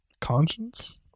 Conscience